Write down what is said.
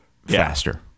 faster